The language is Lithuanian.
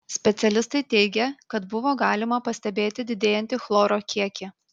specialistai teigė kad buvo galima pastebėti didėjantį chloro kiekį